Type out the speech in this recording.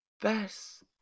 best